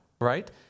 right